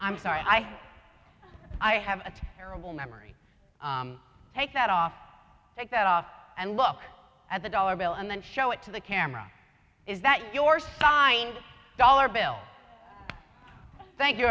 i'm sorry i i have a terrible memory take that off take that off and look at the dollar bill and then show it to the camera is that your sign dollar bill thank you